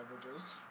beverages